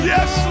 Yes